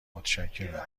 متشکرم